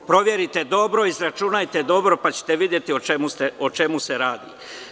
Proverite i izračunajte dobro, pa ćete videti o čemu se radi.